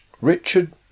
Richard